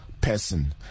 person